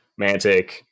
mantic